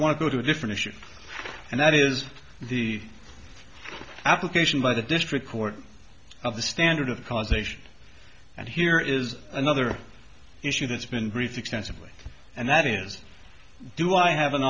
want to go to a different issue and that is the application by the district court of the standard of causation and here is another issue that's been briefed extensively and that is do i have an